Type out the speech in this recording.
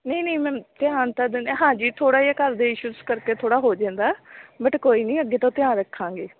ਨਹੀਂ ਨਹੀਂ ਮੈਮ ਧਿਆਨ ਤਾਂ ਦਿੰਦੇ ਹਾਂਜੀ ਥੋੜ੍ਹਾ ਜਿਹਾ ਘਰ ਦੇ ਇਸ਼ੂਜ ਕਰਕੇ ਥੋੜ੍ਹਾ ਹੋ ਜਾਂਦਾ ਬਟ ਕੋਈ ਨਹੀਂ ਅੱਗੇ ਤੋਂ ਧਿਆਨ ਰੱਖਾਂਗੇ